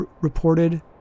reported